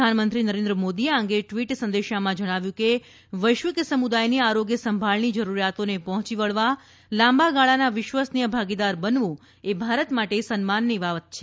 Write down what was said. પ્રધાનમંત્રી નરેન્દ્ર મોદીએ આ અંગે ટ્વીટ સંદેશમાં જણાવ્યું કે વૈશ્વિક સમુદાયની આરોગ્યસંભાળ જરૂરીયાતોને પહોંચી વળવા લાંબાગાળાના વિશ્વસનીય ભાગીદાર બનવું એ ભારત માટે સન્માનનીય બાબત છે